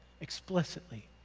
explicitly